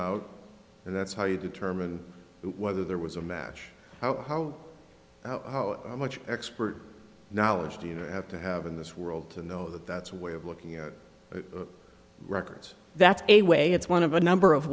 out and that's how you determine whether there was a match how much expert knowledge do you have to have in this world to know that that's way of looking at records that's a way it's one of a number of